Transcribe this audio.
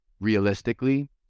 realistically